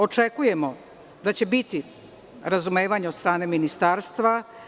Očekujemo da će biti razumevanja od strane Ministarstva.